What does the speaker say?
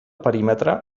perímetre